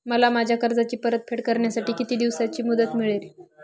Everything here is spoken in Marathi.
मला माझ्या कर्जाची परतफेड करण्यासाठी किती दिवसांची मुदत मिळेल?